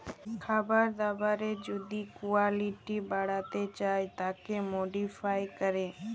খাবার দাবারের যদি কুয়ালিটি বাড়াতে চায় তাকে মডিফাই ক্যরে